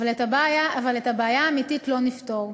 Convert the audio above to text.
אבל את הבעיה האמיתית לא נפתור,